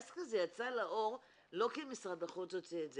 העסק הזה יצא לאור לא כי משרד החוץ הוציא את זה,